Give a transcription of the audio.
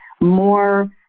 more